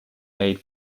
made